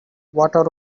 water